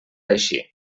així